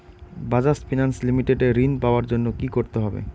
Bajaj finance limited এ ঋন পাওয়ার জন্য কি করতে হবে?